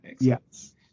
yes